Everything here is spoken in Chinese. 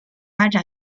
发展